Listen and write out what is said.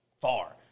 far